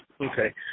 Okay